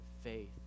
faith